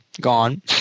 gone